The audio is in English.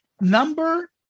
number